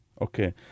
Okay